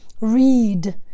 read